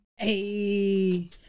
Hey